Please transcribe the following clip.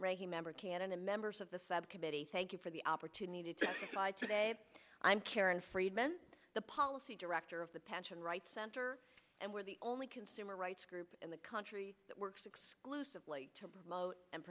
ranking member canada members of the subcommittee thank you for the opportunity to buy today i'm karen friedman the policy director of the pension rights center and we're the only consumer rights group in the country that works exclusively to promote and